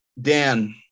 Dan